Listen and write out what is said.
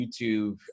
youtube